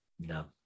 No